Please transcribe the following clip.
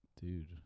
Dude